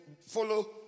follow